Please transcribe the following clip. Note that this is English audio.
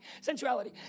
Sensuality